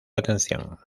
atención